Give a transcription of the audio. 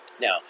Now